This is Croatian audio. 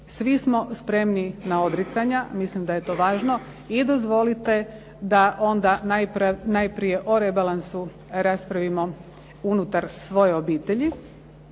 Svi smo spremni na odricanja, mislim da je to važno i dozvolite da onda najprije o rebalansu raspravimo unutar svoje obitelji.